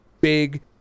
big